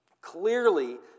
Clearly